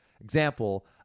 Example